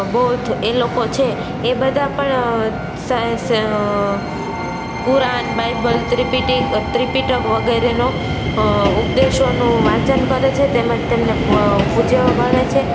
બૌદ્ધ એ લોકો છે એ બધાં પણ કુરાન બાઇબલ ત્રિપિટીક ત્રિપિટક વગેરેનાં ઉપદેશોનું વાંચન કરે છે તેમજ તેમને પૂજ્ય ગણે છે